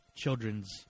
children's